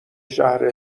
شهر